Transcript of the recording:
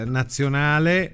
nazionale